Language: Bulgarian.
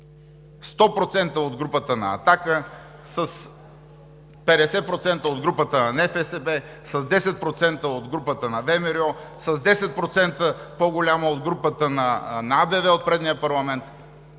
100% от групата на „Атака“, с 50% от групата на НФСБ, с 10% от групата на ВМРО, с 10% по-голяма от групата на АБВ в предишния парламент.